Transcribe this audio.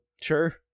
Sure